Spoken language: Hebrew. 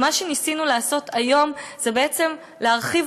ומה שניסינו לעשות היום זה בעצם להרחיב